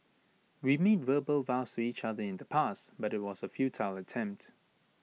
we made verbal vows to each other in the past but IT was A futile attempt